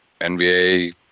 NBA